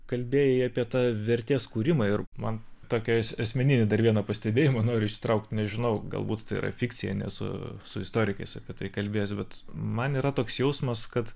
kalbėjai apie tą vertės kūrimą ir man tokį as asmeninį dar vieną pastebėjimą noriu išsitraukti nežinau galbūt tai yra fikcija nesu su istorikais apie tai kalbės bet man yra toks jausmas kad